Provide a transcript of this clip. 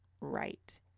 right